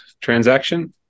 transaction